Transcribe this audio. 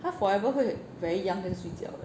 她 forever 会 very young 跟睡觉的